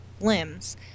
limbs